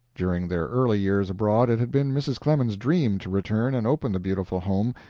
during their early years abroad it had been mrs. clemens's dream to return and open the beautiful home,